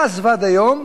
מאז ועד היום